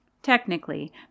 Technically